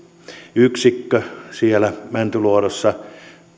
yksikkö siellä mäntyluodossa